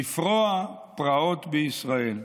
בפרוע פרעות בישראל.